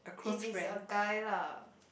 if is a guy lah